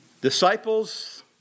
Disciples